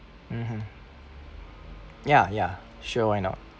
mmhmm ya ya sure why not